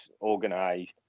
organised